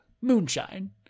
moonshine